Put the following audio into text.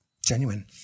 genuine